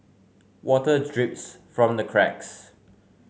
water drips from the cracks